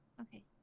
Okay